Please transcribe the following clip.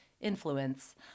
influence